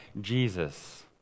Jesus